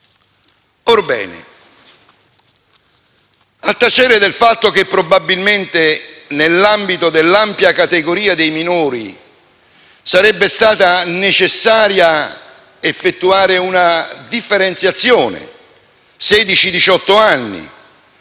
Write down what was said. Orbene, a tacere del fatto che probabilmente nell'ambito dell'ampia categoria dei minori sarebbe stato necessario effettuare una differenziazione (ad